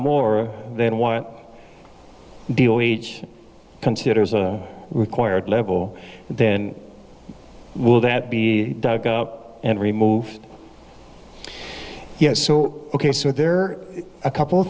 more than what the leech considers a required level then will that be dug up and removed yes so ok so there are a couple of